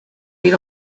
read